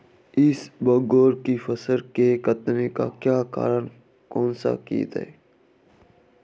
इसबगोल की फसल के कटने का कारण कौनसा कीट है?